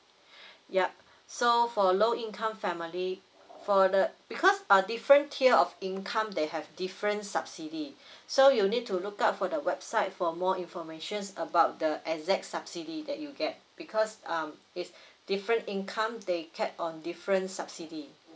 yup so for low income family for the because for different tier of income they have different subsidy so you need to look out for the website for more information about the exact subsidy that you get because um it's different income they get on different subsidy